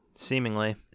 Seemingly